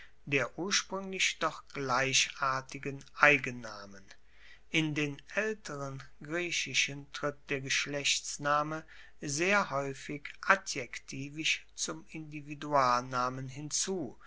der urspruenglich doch gleichartigen eigennamen in den aelteren griechischen tritt der geschlechtsname sehr haeufig adjektivisch zum individualnamen hinzu